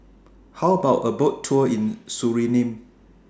How about A Boat Tour in Suriname